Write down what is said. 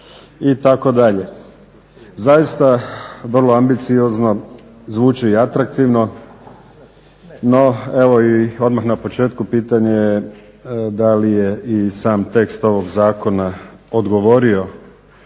itd. Zaista vrlo ambiciozno zvuči i atraktivno no evo i odmah na početku pitanje je da li je i sam tekst ovog zakona odgovorio